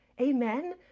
Amen